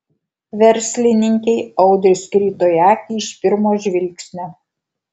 verslininkei audrius krito į akį iš pirmo žvilgsnio